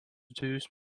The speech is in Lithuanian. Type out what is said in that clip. dvejus